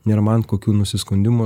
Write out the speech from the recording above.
nėra man kokių nusiskundimų